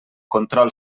control